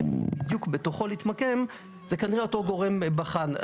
ובדיוק בתוכו להתמקם זה כנראה אותו גורם בחן.